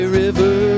river